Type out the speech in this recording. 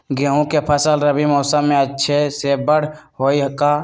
गेंहू के फ़सल रबी मौसम में अच्छे से बढ़ हई का?